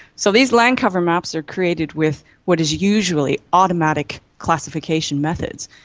so these land cover maps are created with what is usually automatic classification methods,